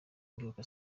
mbyuka